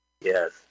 Yes